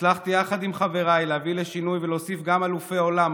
הצלחתי יחד עם חבריי להביא לשינוי ולהוסיף גם אלופי עולם,